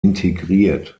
integriert